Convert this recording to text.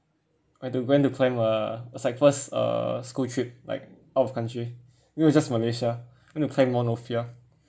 I do went to climb a was like first uh school trip like out of country which were just malaysia went to climb mount ophir